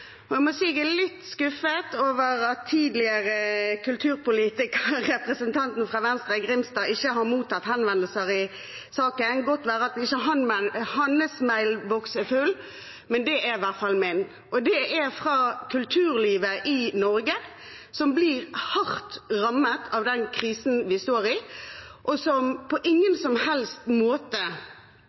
kirkerommet. Jeg må si jeg er litt skuffet over at den tidligere kulturpolitikeren, representanten fra Venstre, Grimstad, ikke har mottatt noen henvendelser i saken. Det kan godt være at hans mail-boks ikke er full, men det er i hvert fall min, og henvendelsene er fra kulturlivet i Norge, som blir hardt rammet av den krisen vi står i, og som på ingen som helst måte